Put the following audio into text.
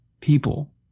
people